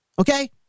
Okay